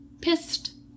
Pissed